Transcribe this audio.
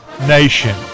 Nation